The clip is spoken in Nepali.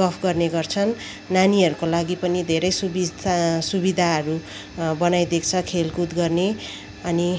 गफ गर्ने गर्छन् नानीहरूको लागि पनि धेरै सुविस्ता सुविधाहरू बनाइदिएको छ खेलकुद गर्ने अनि